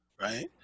right